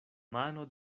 mano